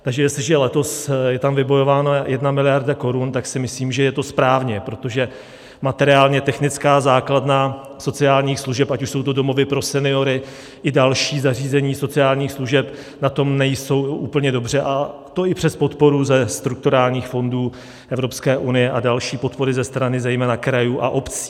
Takže jestliže je tam letos vybojována 1 mld. korun, tak si myslím, že je to správně, protože materiálně technická základna sociálních služeb, ať už jsou to domovy pro seniory, i další zařízení sociálních služeb, na tom není úplně dobře, a to i přes podporu ze strukturálních fondů Evropské unie a další podpory ze strany zejména krajů a obcí.